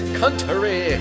country